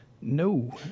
No